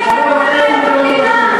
בבית-המשפט,